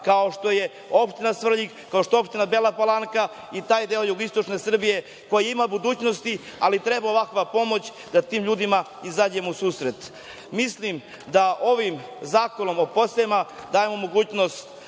kao što je opština Svrljig, kao što je opština Bela Palanka i taj deo jugoistočne Srbije koji ima budućnosti ali treba ovakva pomoć da tim ljudima izađemo u susret. Mislim da ovim zakonom o podsticajima dajemo mogućnost